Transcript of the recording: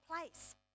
place